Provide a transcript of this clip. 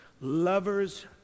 Lovers